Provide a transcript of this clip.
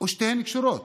ושתיהן קשורות.